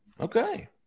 Okay